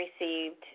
received